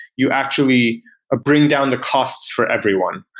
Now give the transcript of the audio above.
you actually bring down the cost for everyone.